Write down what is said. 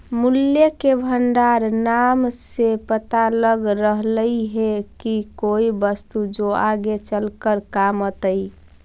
मूल्य के भंडार नाम से पता लग रहलई हे की कोई वस्तु जो आगे चलकर काम अतई